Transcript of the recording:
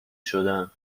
شدن